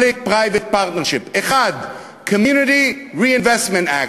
Public-Private Partnership: 1. Community Reinvestment Act,